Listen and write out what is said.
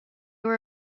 were